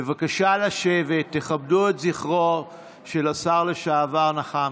בבקשה לשבת, תכבדו את זכרו של השר לשעבר נחמקין.